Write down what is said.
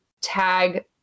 tag